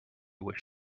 was